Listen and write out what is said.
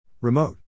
Remote